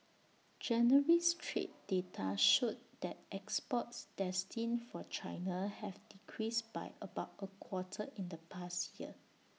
January's trade data showed that exports destined for China have decreased by about A quarter in the past year